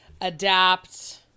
adapt